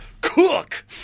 cook